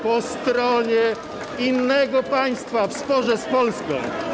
po stronie innego państwa w sporze z Polską.